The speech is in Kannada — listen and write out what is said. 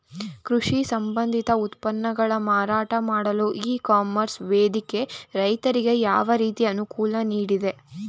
ಕೃಷಿ ಸಂಬಂಧಿತ ಉತ್ಪನ್ನಗಳ ಮಾರಾಟ ಮಾಡಲು ಇ ಕಾಮರ್ಸ್ ವೇದಿಕೆ ರೈತರಿಗೆ ಯಾವ ರೀತಿ ಅನುಕೂಲ ನೀಡಿದೆ?